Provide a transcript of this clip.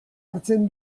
hartzen